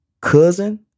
cousin